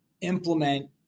implement